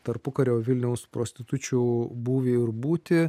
tarpukario vilniaus prostitučių būvį ir būtį